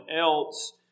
else